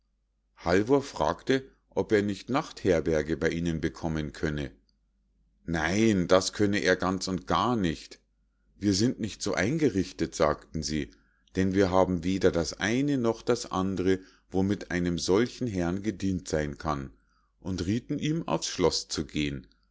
halvor fragte ob er nicht nachtherberge bei ihnen bekommen könne nein das könne er ganz und gar nicht wir sind nicht so eingerichtet sagten sie denn wir haben weder das eine noch das andre womit einem solchen herrn gedient sein kann und riethen ihm auf's schloß zu gehen